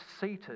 seated